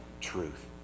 truth